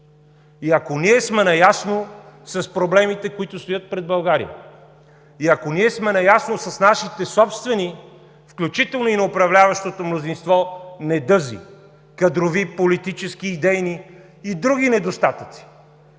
И ако ние сме наясно с проблемите, които стоят пред България, и ако ние сме наясно с нашите собствени, включително и на управляващото мнозинство недъзи – кадрови, политически, идейни и други недостатъци,